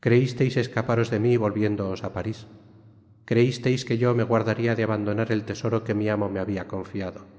creísteis escaparos de mí volviéndoos á parís creísteis que yo me guardaría de abandonar el tesoro que mi amo me habia confiado qué